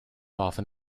often